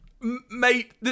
mate